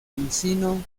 encino